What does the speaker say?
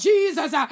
Jesus